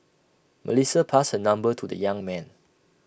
Melissa passed her number to the young man